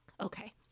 Okay